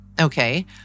Okay